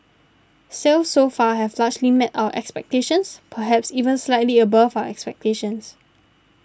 sales so far have largely met our expectations perhaps even slightly above our expectations